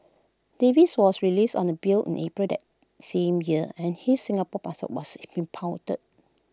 Davies was released on A bail in April that same year and his Singapore passport was impounded